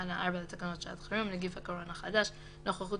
תקנה 4 לתקנות שעת חירום (נגיף הקורונה החדש) (נוכחות